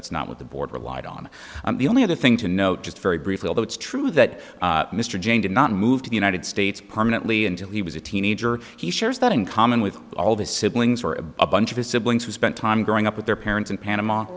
that's not what the board relied on the only other thing to note just very briefly although it's true that mr jane did not move to the united states permanently until he was a teenager he shares that in common with all of his siblings were a bunch of his siblings who spent time growing up with their parents in panama